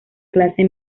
clase